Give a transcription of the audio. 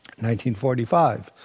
1945